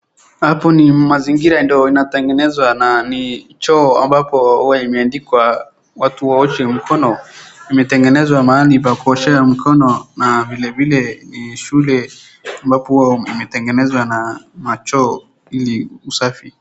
Hapo ni mazingira ndio inatengenezwa, na ni choo amabapo huwa imeandikwa watu waoshe mkono, imetengenezwa mahali pa kuoshea mkono, na vilevile ni shule ambapo wametengeneza na machoo ili usafi.